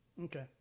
Okay